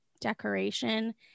decoration